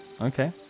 okay